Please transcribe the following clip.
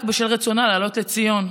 רק בשל רצונה לעלות לציון.